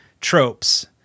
tropes